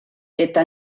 eta